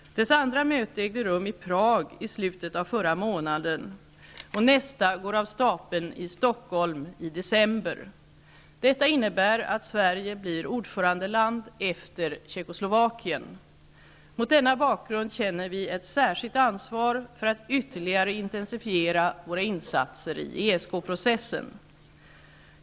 Dess andra möte ägde rum i Prag i slutet av förra månaden och nästa går av stapeln i Stockholm i december. Detta innebär att Sverige blir ordförandeland efter Tjeckoslovakien. Mot denna bakgrund känner vi ett särskilt ansvar för att ytterligare intensifiera våra insatser i ESK-processen.